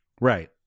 Right